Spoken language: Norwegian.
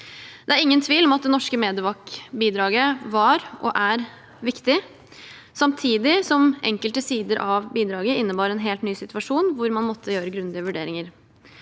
Det er ingen tvil om at det norske «medivac»-bidraget var, og er, viktig, samtidig som enkelte sider av bidraget innebar en helt ny situasjon hvor man måtte gjøre grundige vurderinger.